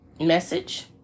message